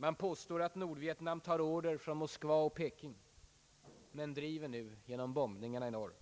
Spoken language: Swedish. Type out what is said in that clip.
Man påstår att Nordvietnam tar order från Moskva och Peking — men driver nu genom bombningarna i norr